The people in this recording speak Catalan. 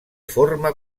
forma